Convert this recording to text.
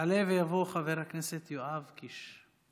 יעלה ויבוא חבר הכנסת יואב קיש.